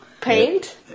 Paint